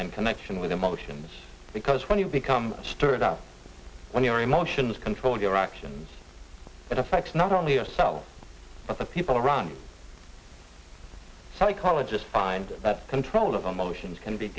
in connection with emotions because when you become stirred up when your emotions control your actions it affects not only yourself but the people around psychologists find that control of emotions can be